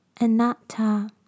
Anatta